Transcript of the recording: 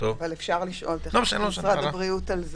אפשר לשאול את משרד הבריאות.